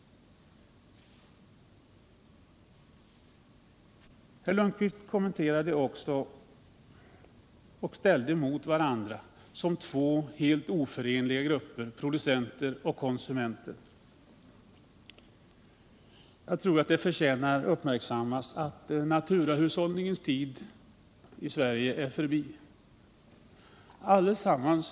Herr Lundkvist kommenterade också, och ställde mot varandra som två helt oförenliga grupper, producenter och konsumenter. Jag tror det förtjänar uppmärksammas att naturahushållningens tid i Sverige är förbi.